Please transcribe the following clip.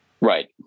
Right